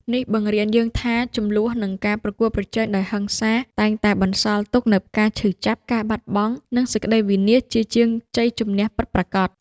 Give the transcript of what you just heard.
នេះបង្រៀនយើងថា ជម្លោះ និងការប្រកួតប្រជែងដោយហិង្សា តែងតែបន្សល់ទុកនូវការឈឺចាប់ ការបាត់បង់ និងសេចក្ដីវិនាស ជាជាងជ័យជម្នះពិតប្រាកដ។